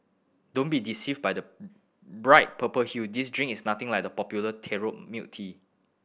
don't be deceived by the bright purple hue this drink is nothing like the popular taro milk tea